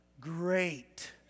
great